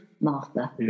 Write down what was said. Martha